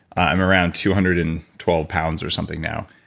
i'm around two hundred and twelve lbs. or something now,